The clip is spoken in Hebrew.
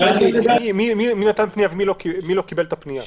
מי נתן פנייה ומי לא קיבל את הפנייה?